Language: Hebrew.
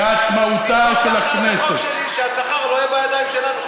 תתמוך בהצעת החוק שלי שהשכר לא יהיה בידיים שלנו,